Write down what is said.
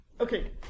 Okay